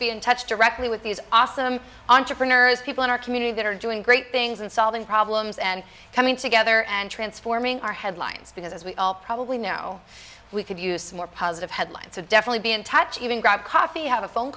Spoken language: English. be in touch directly with these awesome entrepreneurs people in our community that are doing great things and solving problems and coming together and transforming our headlines because as we all probably know we could use more positive headlines and definitely be in touch even grab coffee have a phone